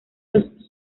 los